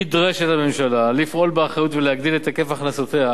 נדרשת הממשלה לפעול באחריות ולהגדיל את היקף הכנסותיה